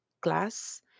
glass